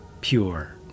pure